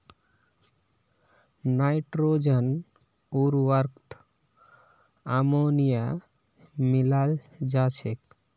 nitrogen उर्वरकत ammonia मिलाल जा छेक